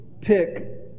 pick